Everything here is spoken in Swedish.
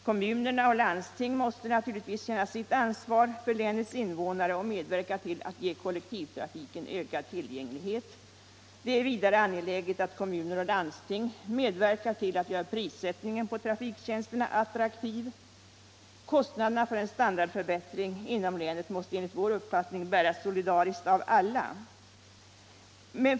Kommuner och landsting måste känna sitt ansvar för länets invånare och medverka till att ge kollektivtrafiken ökad tillgänglighet. Det är vidare angeläget att kommuner och landsting medverkar till att göra prissättningen på trafiktjänsterna attraktiv. Kostnaderna för en standardförbättring inom länet måste enligt vår uppfattning bäras solidariskt av alla.